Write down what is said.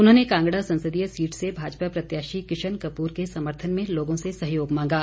उन्होंने कांगड़ा संसदीय सीट से भाजपा प्रत्याशी किशन कपूर के समर्थन में लोगों से सहयोग मांगा